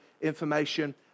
information